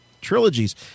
trilogies